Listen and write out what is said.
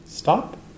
stop